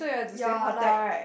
ya like